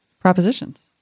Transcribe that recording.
propositions